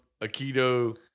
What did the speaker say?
Aikido